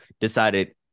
decided